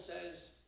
says